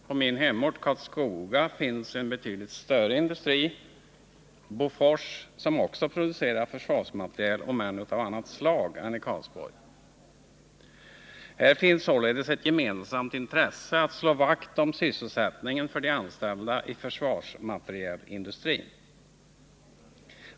På min hemort, Karlskoga, finns en betydligt större industri, Bofors, som också producerar försvarsmateriel, om än av annat slag än fabriken i Karlsborg. Här finns således ett gemensamt intresse av att slå vakt om sysselsättningen för de anställda i försvarsmaterielindustrin.